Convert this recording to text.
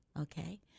Okay